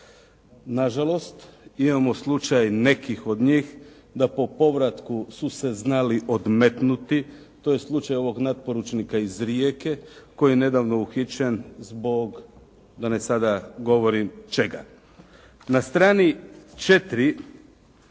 Na žalost, imamo slučaj nekih od njih da po povratku su se znali odmetnuti. To je slučaj ovog natporučnika iz Rijeke koji je nedavno uhićen zbog, da sada ne govorim zbog čega. Na strani četiri